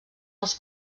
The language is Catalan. els